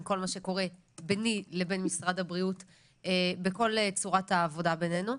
כל מה שקורה ביני לבין משרד הבריאות בכל צורת העבודה בינינו,